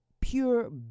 pure